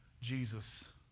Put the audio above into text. Jesus